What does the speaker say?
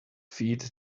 feed